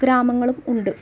ഗ്രാമങ്ങളും ഉണ്ട്